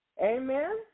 Amen